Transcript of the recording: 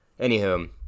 Anywho